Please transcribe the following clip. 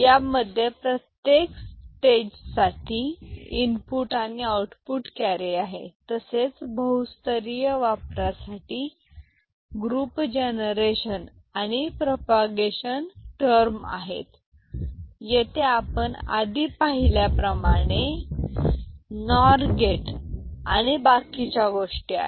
यामध्ये प्रत्येक स्टेटस साठी इनपुट आणि आऊटपुट कॅरी आहे तसेच बहु स्तरीय वापरासाठी ग्रुप जनरेशन तर आणि प्रोपागेशन टर्म आहे येथे आपण आधी पाहिल्याप्रमाणे नॉर गेट आणि बाकीच्या गोष्टी आहेत